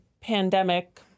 pandemic